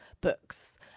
Books